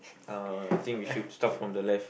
uh I think we should start from the left